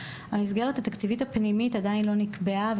המסגרת התקציבית הפנימית עדיין לא נקבעה,